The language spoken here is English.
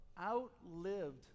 outlived